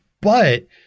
but-